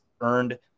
earned